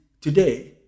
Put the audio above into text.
today